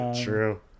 True